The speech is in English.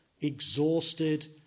exhausted